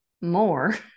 more